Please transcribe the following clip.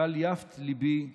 בל יפת ליבי לעזבך.